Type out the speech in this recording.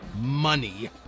money